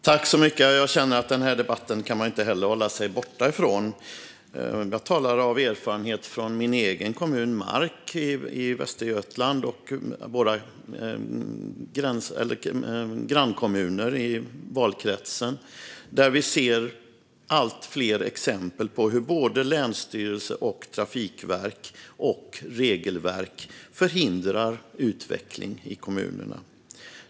Fru talman! Jag kan inte hålla mig bort från den här debatten heller. Jag talar av erfarenhet från min egen hemkommun Marks kommun i Västergötland och våra grannkommuner i valkretsen. Här ser vi allt fler exempel på hur länsstyrelse, trafikverk och regelverk förhindrar utveckling.